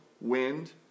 wind